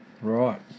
Right